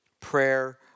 Prayer